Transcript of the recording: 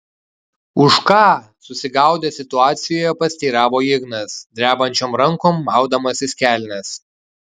už ką susigaudęs situacijoje pasiteiravo ignas drebančiom rankom maudamasis kelnes